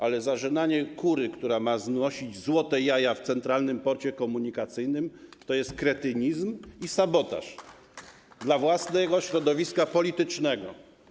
Ale zarzynanie kury, która ma znosić złote jaja w Centralnym Porcie Komunikacyjnym, to jest kretynizm i sabotaż dla własnego środowiska politycznego.